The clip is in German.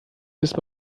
ist